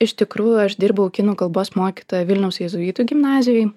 iš tikrųjų aš dirbau kinų kalbos mokytoja vilniaus jėzuitų gimnazijoj